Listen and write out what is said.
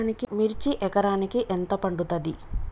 మిర్చి ఎకరానికి ఎంత పండుతది?